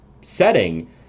setting